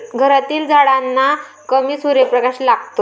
घरातील झाडांना कमी सूर्यप्रकाश लागतो